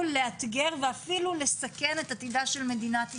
לאתגר ואפילו לסכן את עתידה של מדינת ישראל.